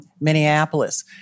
Minneapolis